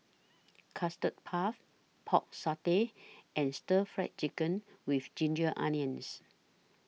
Custard Puff Pork Satay and Stir Fried Chicken with Ginger Onions